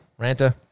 Ranta